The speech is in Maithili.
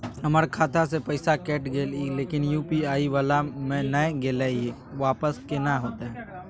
हमर खाता स पैसा कैट गेले इ लेकिन यु.पी.आई वाला म नय गेले इ वापस केना होतै?